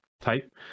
type